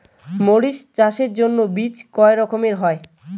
মরিচ চাষের জন্য বীজ কয় রকমের হয়?